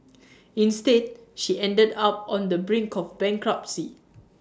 instead she ended up on the brink of bankruptcy